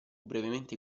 brevemente